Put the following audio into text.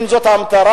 אם זאת המטרה,